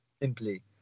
simply